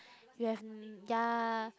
you have ya